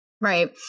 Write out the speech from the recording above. Right